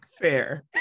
fair